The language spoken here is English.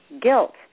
guilt